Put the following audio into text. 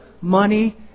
money